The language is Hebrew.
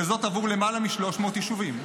וזאת עבור למעלה מ-300 יישובים.